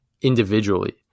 individually